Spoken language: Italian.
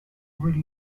per